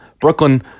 Brooklyn